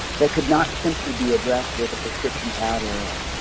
that could not simply be addressed with a prescription pad or a